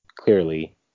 clearly